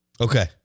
Okay